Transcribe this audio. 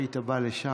היית בא לשם,